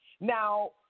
Now